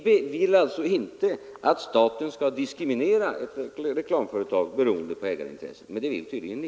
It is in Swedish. Vi vill inte att staten skall diskriminera ett reklamföretag beroende på ägarintressena, men det anser tydligen ni.